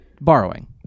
borrowing